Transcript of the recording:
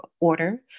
order